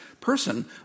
person